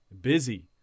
busy